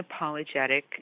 unapologetic